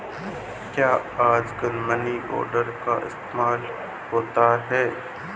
क्या आजकल money order का इस्तेमाल होता है?